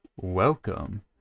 welcome